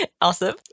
Awesome